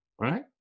right